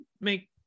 make